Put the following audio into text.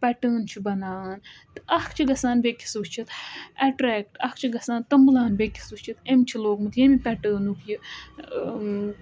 pattern چھُ بَناوان تہٕ اَکھ چھِ گَژھان بیٚیِس وُچھِتھ ایٚٹریٚکٹ اَکھ چھُ گَژھان تنٛبلان بیٚیِس وُچھِتھ أمۍ چھِ لوٚگمُت ییٚمہِ پیٹٲرنُک یہِ